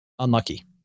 unlucky